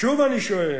שוב אני שואל,